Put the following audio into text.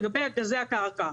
לגבי גזי הקרקע.